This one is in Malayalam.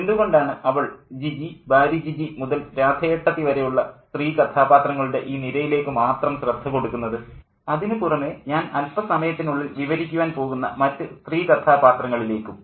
എന്തുകൊണ്ടാണ് അവൾ ജിജി ബാരി ജിജി മുതൽ രാധ ഏട്ടത്തി വരെയുള്ള സ്ത്രീ കഥാപാത്രങ്ങളുടെ ഈ നിരയിലേക്ക് മാത്രം ശ്രദ്ധ കൊടുക്കുന്നത് അതിനു പുറമേ ഞാൻ അൽപ്പസമയത്തിനുള്ളിൽ വിവരിക്കുവാൻ പോകുന്ന മറ്റ് സ്ത്രീ കഥാപാത്രങ്ങളിലേക്കും